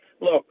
look